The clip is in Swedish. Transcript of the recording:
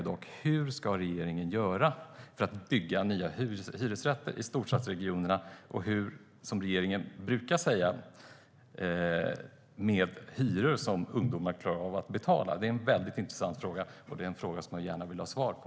Hur ska regeringen göra för att bygga nya hyresrätter i storstadsregionerna med, som regeringen brukar säga, hyror som ungdomar klarar av att betala? Det är en intressant fråga, och det är en fråga jag gärna vill ha svar på.